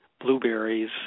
blueberries